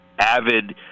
avid